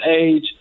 age